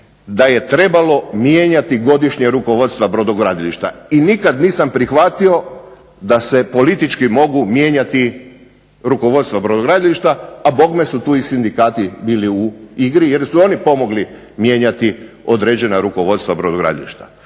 da je trebalo mijenjati godišnje rukovodstva brodogradilišta. I nikad nisam prihvatio da se politički mogu mijenjati rukovodstva brodogradilišta, a bogme su tu i sindikati bili u igri jer su oni pomogli mijenjati određena rukovodstva brodogradilišta.